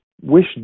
wish